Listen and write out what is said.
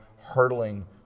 hurtling